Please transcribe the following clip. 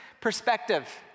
perspective